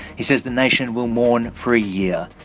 he says the nation will mourn for a year.